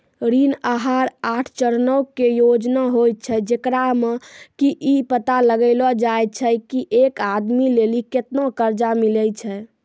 ऋण आहार आठ चरणो के योजना होय छै, जेकरा मे कि इ पता लगैलो जाय छै की एक आदमी लेली केतना कर्जा मिलै छै